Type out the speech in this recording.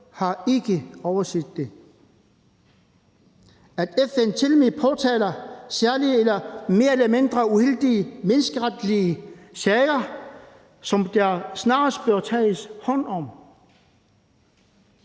har ikke overset det. FN påtaler tilmed særlige mere eller mindre uheldige menneskeretlige sager, som der snarest bør tages hånd om.